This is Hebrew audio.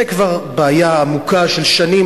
זה כבר בעיה עמוקה של שנים.